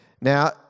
Now